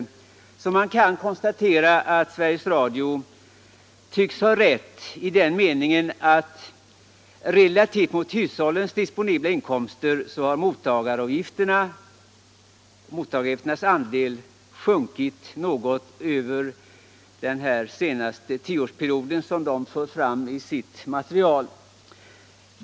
Jag har kunnat konstatera att Sveriges Radio tycks ha rätt I att relativt till hushållens disponibla inkomster har mottagaravgiftens andel minskat något under den senaste tioårsperioden.